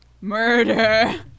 murder